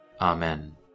Amen